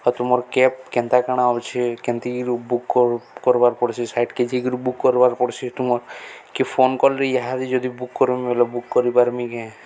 ଆଉ ତୁମର କ୍ୟାବ୍ କେନ୍ତା କାଣା ଅଛେ କେନ୍ତିକି ବୁକ୍ କର କର୍ବାର୍ ପଡ଼ସିେ ସାଇଟ୍ କେଜିରୁ ବୁକ୍ କରବାର୍ ପଡ଼ସି ତୁମର୍ କି ଫୋନ୍ କଲ୍ରେ ାରେ ଯଦି ବୁକ୍ କରମି ବଲେ ବୁକ୍ କରିପାରମି କେେ